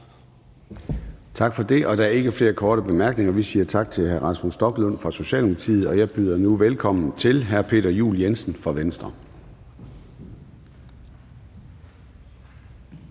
Tak for det. Der er ikke flere korte bemærkninger, så vi siger tak til hr. Rasmus Stoklund fra Socialdemokratiet. Jeg byder nu velkommen til hr. Peter Juel-Jensen fra Venstre.